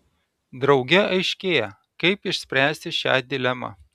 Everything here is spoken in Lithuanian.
drauge aiškėja kaip išspręsti šią dilemą